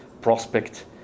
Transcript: prospect